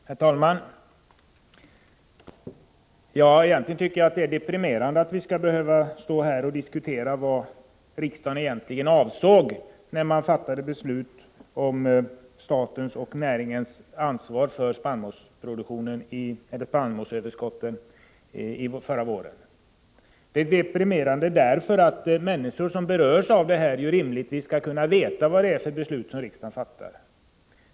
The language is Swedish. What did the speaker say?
Herr talman! Egentligen tycker jag att det är deprimerande att vi skall behöva stå här och diskutera vad riksdagen egentligen avsåg när den förra våren fattade beslut om statens och näringens ansvar för spannmålsöverskotten. Det är deprimerande därför att de människor som berörs rimligtvis bör kunna veta vad riksdagen har fattat för beslut.